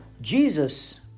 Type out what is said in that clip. Jesus